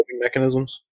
mechanisms